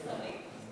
יש שרים?